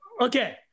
Okay